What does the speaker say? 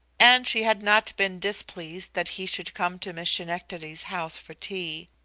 and she had not been displeased that he should come to miss schenectady's house for tea.